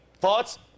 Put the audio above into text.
thoughts